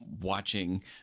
watching